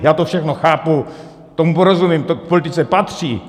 Já to všechno chápu, tomu rozumím, to k politice patří.